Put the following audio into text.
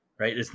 Right